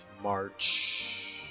march